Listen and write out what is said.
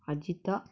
அஜித்தா